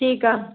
ठीकु आहे